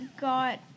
got